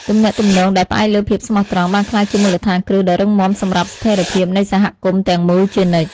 ទំនាក់ទំនងដែលផ្អែកលើភាពស្មោះត្រង់បានក្លាយជាមូលដ្ឋានគ្រឹះដ៏រឹងមាំសម្រាប់ស្ថិរភាពនៃសហគមន៍ទាំងមូលជានិច្ច។